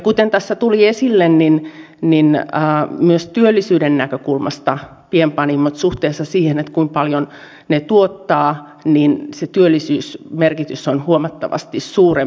kuten tässä tuli esille niin myös työllisyyden näkökulmasta pienpanimoiden työllisyysmerkitys suhteessa siihen kuinka paljon ne tuottavat on huomattavasti suurempi